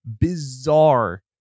bizarre